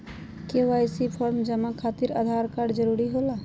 KYC form जमा खातिर Aadhaar card जरूरी होला?